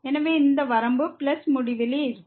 எனவே இந்த வரம்பு பிளஸ் முடிவிலி இருக்கும்